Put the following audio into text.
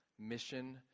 Mission